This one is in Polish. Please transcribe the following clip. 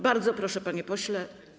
Bardzo proszę, panie pośle.